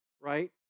right